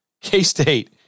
K-State